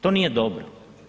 To nije dobro.